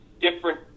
different